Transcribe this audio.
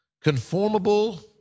conformable